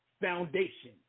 foundation